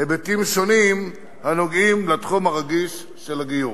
היבטים שונים הנוגעים לתחום הרגיש של הגיור.